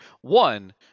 One